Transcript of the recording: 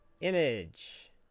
Image